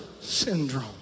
syndrome